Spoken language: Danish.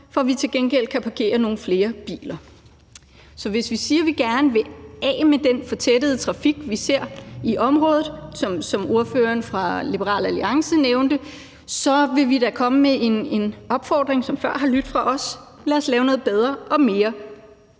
for at vi til gengæld kan parkere nogle flere biler. Så hvis vi siger, vi gerne vil af med den fortættede trafik, vi ser i området, og som ordføreren for Liberal Alliance nævnte, vil vi da komme med en opfordring fra vores side, som også før har lydt fra os: Lad os lave noget bedre og mere